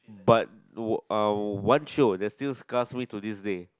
but wha~ uh one show that still disgust me to this day